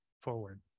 forward